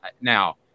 Now